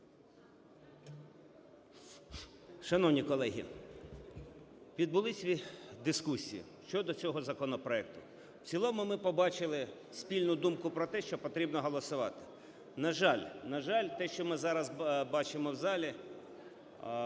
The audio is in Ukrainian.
Шановні колеги, відбулися дискусії щодо цього законопроекту. В цілому ми побачили спільну думку про те, що потрібно голосувати. На жаль, на жаль, те, що ми зараз бачимо в залі,